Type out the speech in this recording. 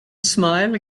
smile